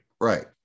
Right